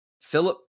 Philip